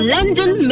London